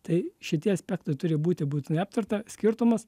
tai šitie aspektai turi būti būtinai aptarta skirtumas